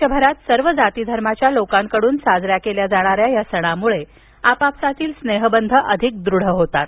देशभरात सर्व जातीधर्माच्या लोकांकडून साजऱ्या केल्या जाणाऱ्या या सणामुळे आपापसातील स्नेहबंध अधिक दृढ होतात